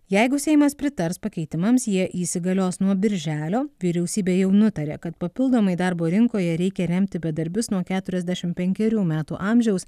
jeigu seimas pritars pakeitimams jie įsigalios nuo birželio vyriausybė jau nutarė kad papildomai darbo rinkoje reikia remti bedarbius nuo keturiasdešimt penkerių metų amžiaus